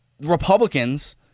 republicans